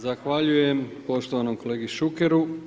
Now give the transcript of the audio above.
Zahvaljujem poštovanom kolegi Šukeru.